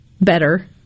better